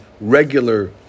regular